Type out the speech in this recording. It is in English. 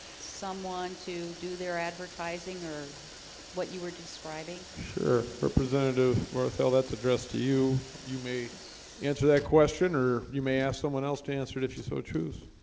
someone to do their advertising or what you were describing sure representative well that's addressed to you you may answer that question or you may ask someone else to answer it if you so true